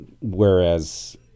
whereas